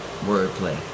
Wordplay